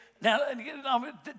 now